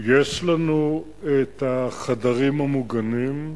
יש לנו את החדרים המוגנים,